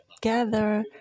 gather